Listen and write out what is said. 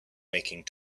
making